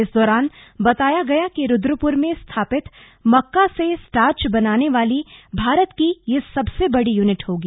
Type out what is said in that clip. इस दौरान बताया गया कि रुद्रपुर में स्थापित मक्का से स्टार्च बनाने वाली भारत की यह सबसे बड़ी यूनिट होगी